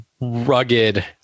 rugged